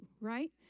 Right